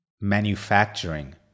manufacturing